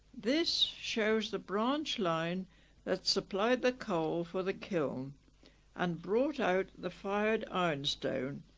this shows the branch line that supplied the coal for the kiln and brought out the fired ironstone.